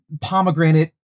pomegranate